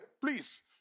Please